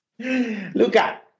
Luca